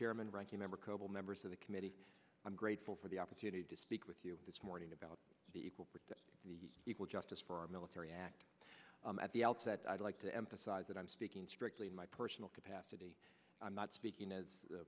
chairman ranking member coble members of the committee i'm grateful for the opportunity to speak with you this morning about the equal protection the equal justice for our military act at the outset i'd like to emphasize that i'm speaking strictly in my personal capacity i'm not speaking